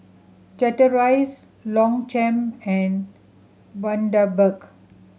Chateraise Longchamp and Bundaberg